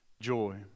joy